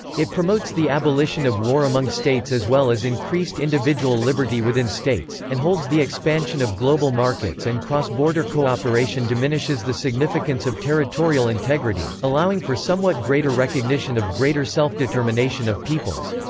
it promotes the abolition of war among states as well as increased individual liberty within states, and holds the expansion of global markets and cross-border cooperation diminishes the significance of territorial integrity, allowing for somewhat greater recognition of greater self-determination of peoples.